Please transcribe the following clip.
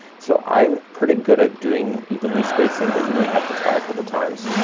so i'm pretty good at doing evenly spacing, but you may have to try a couple times.